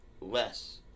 less